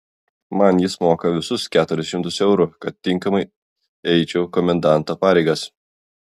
man jis moka visus keturis šimtus eurų kad tinkamai eičiau komendanto pareigas